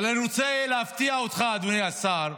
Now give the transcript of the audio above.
אבל אני רוצה להפתיע אותך, אדוני השר,